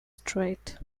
strait